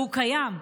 והוא קיים.